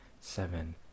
seven